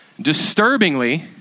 Disturbingly